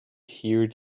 hear